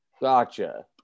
Gotcha